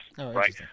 right